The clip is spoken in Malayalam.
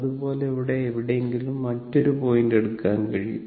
അതുപോലെ ഇവിടെ എവിടെയെങ്കിലും മറ്റൊരു പോയിന്റ് എടുക്കാൻ കഴിയും